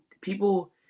people